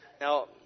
Now